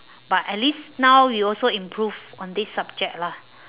but at least now you also improved on this subject lah